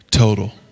Total